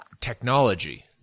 technology